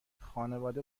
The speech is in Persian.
خانواده